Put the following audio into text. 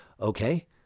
okay